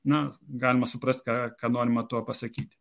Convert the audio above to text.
na galima suprasti ką ką norima tuo pasakyti